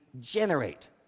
generate